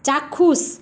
চাক্ষুষ